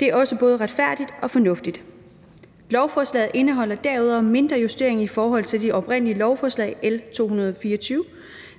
Det er også både retfærdigt og fornuftigt. Lovforslaget indeholder derudover en mindre justering i forhold til det oprindelige lovforslag, L 224.